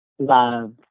love